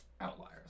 outliers